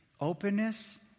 Openness